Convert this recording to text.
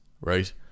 right